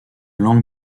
langue